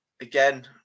Again